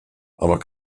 aber